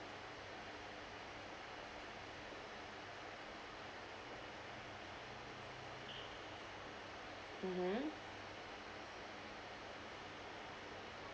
mmhmm